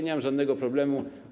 Nie mam żadnego problemu.